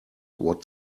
what